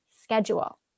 schedule